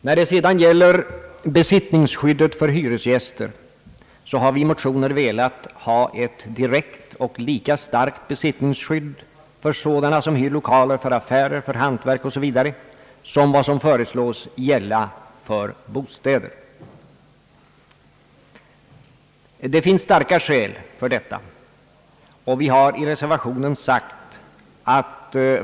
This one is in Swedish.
Vad sedan gäller besittningsskyddet för hyresgäster har vi i motioner velat ha ett direkt och lika starkt besittningsskydd för dem som hyr lokaler för affärer, hantverk osv. som vad som föreslås gälla för bostäder. Det finns starka skäl för detta, och vi har i reservationen sagt att rätten till verkstadslokaler, butiker etc.